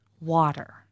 water